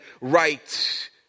right